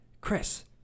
Chris